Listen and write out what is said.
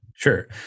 Sure